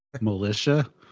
Militia